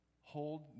hold